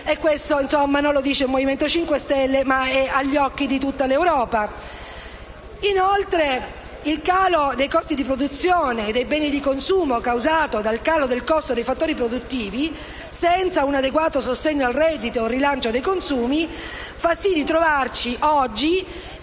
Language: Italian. e questo non lo dice il Movimento 5 Stelle, ma è agli occhi di tutta l'Europa. Inoltre, il calo dei costi di produzione dei beni di consumo causato del calo del costo dei fattori produttivi senza un adeguato sostegno al reddito e al rilancio dei consumi fa sì che oggi